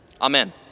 Amen